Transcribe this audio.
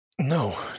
no